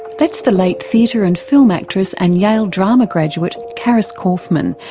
that's the late theatre and film actress and yale drama graduate caris corfman,